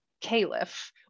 caliph